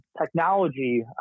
technology